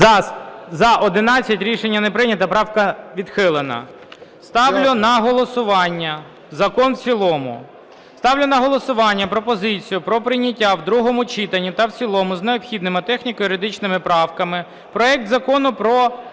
За-11 Рішення не прийнято. Правка відхилена. Ставлю на голосування закон в цілому. Ставлю на голосування пропозицію про прийняття в другому читанні та в цілому з необхідними техніко-юридичними правками проект Закону про